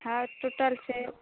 हँ टूटल छै